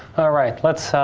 right, let's